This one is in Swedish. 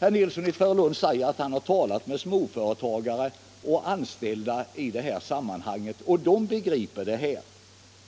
Herr Nilsson sade att han har talat med småföretagare och deras anställda om detta och att de begriper det här.